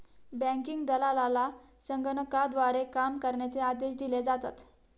banking दलालाला संगणकाद्वारे काम करण्याचे आदेश दिले जातात